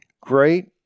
great